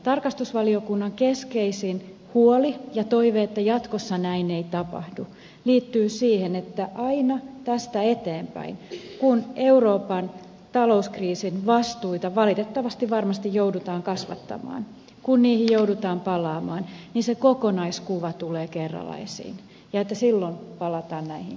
tarkastusvaliokunnan keskeisin huoli ja toive että jatkossa näin ei tapahdu liittyy siihen että aina tästä eteenpäin kun euroopan talouskriisin vastuita valitettavasti varmasti joudutaan kasvattamaan kun niihin joudutaan palaamaan se kokonaiskuva tulee kerralla esiin ja että silloin palataan näihin kaikkiin